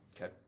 Okay